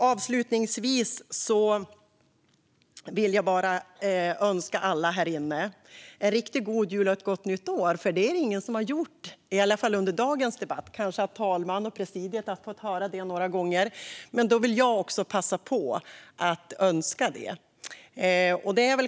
Avslutningsvis vill jag önska alla här inne en riktigt god jul och ett gott nytt år, för det är det ingen som har gjort, i alla fall inte under dagens debatt. Kanske har talmannen och presidiet fått höra det några gånger, men jag vill också passa på att önska det.